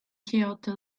kyoto